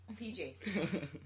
PJs